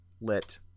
lit